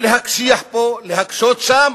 להקשיח פה, להקשות שם.